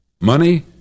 Money